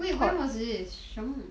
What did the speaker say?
wait when was this